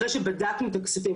אחרי שבדקנו את הכספים,